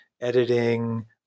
editing